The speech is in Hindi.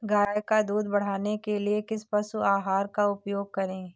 गाय का दूध बढ़ाने के लिए किस पशु आहार का उपयोग करें?